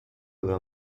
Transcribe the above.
aveva